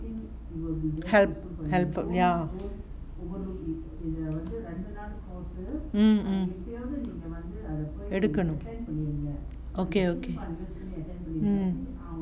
help help ya mm mm எடுக்கணும்:edukkanum okay okay mm